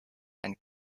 and